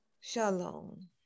Shalom